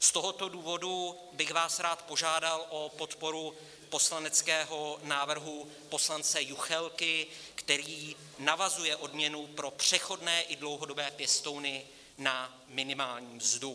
Z tohoto důvodu bych vás rád požádal o podporu poslaneckého návrhu poslance Juchelky, který navazuje odměnu pro přechodné i dlouhodobé pěstouny na minimální mzdu.